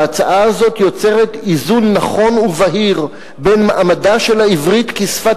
ההצעה הזו יוצרת איזון נכון ובהיר בין מעמדה של העברית כשפת